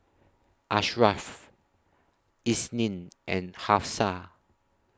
Ashraff Isnin and Hafsa